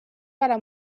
para